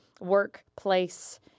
workplace